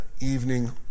evening